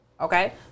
Okay